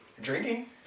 Drinking